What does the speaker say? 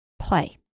play